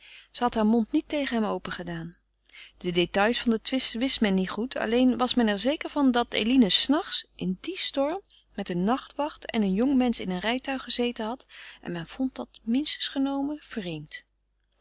had haar mond niet tegen hem opengedaan de détails van den twist wist men niet goed alleen was men er zeker van dat eline s nachts in dien storm met een nachtwacht en een jong mensch in een rijtuig gezeten had en men vond dat minstens genomen vreemd